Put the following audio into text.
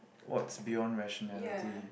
what's beyond rationality